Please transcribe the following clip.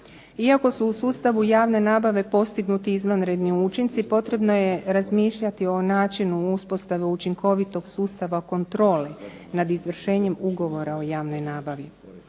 Iako su u sustavu javne nabave postignuti izvanredni učinci potrebno je razmišljati o načinu uspostave učinkovitog sustava kontrole nad izvršenjem Ugovora o javnoj nabavi.